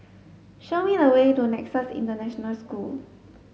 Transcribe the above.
show me the way to Nexus International School